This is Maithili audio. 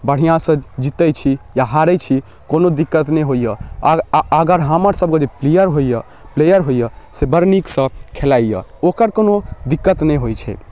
बढ़िआँसँ जितै छी या हारै छी कोनो दिक्कत नहि होइए अग अगर हमरसभके जे प्लेअर होइए प्लेअर होइए से बड़ नीकसँ खेलाइए ओकर कोनो दिक्कत नहि होइ छै